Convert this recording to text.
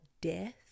death